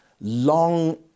long